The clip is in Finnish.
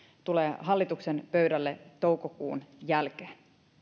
tulee hallituksen pöydälle toukokuun jälkeen